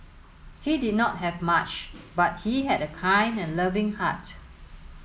he did not have much but he had a kind and loving heart